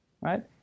right